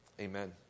Amen